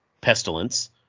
pestilence